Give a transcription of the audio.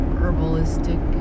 herbalistic